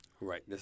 Right